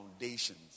foundations